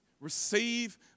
receive